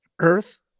Earth